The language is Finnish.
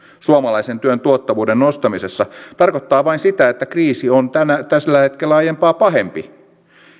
suomalaisen työn tuottavuuden nostamisessa tarkoittaa vain sitä että kriisi on tällä hetkellä aiempaa pahempi